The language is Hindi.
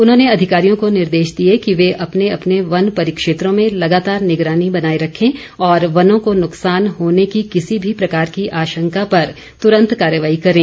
उन्होंने अधिकारियों को निर्देश दिए कि वे अपने अपने वन परिक्षेत्रों में लगातार निगरानी बनाए रखें और वनों को नुकसान होने की किसी भी प्रकार की आशंका पर तुरंत कार्यवाही करें